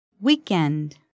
weekend